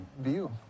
view